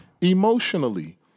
Emotionally